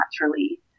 naturally